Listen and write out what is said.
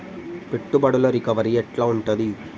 పెట్టుబడుల రికవరీ ఎట్ల ఉంటది?